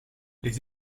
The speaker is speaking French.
les